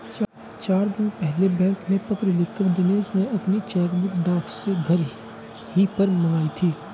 चार दिन पहले बैंक में पत्र लिखकर दिनेश ने अपनी चेकबुक डाक से घर ही पर मंगाई थी